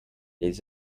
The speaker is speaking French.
les